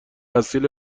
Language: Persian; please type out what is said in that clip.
اصیل